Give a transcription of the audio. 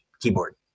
keyboard